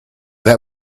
that